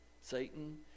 Satan